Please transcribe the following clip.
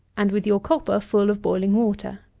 and with your copper full of boiling water.